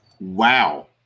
Wow